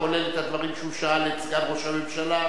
כולל הדברים שהוא שאל את סגן ראש הממשלה,